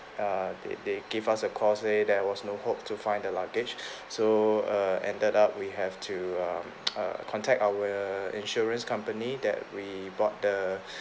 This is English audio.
err they they give us a call say there was no hope to find the luggage so uh ended up we have to um err contact our insurance company that we bought the